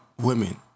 women